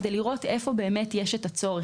כדי לראות איפה באמת יש צורך.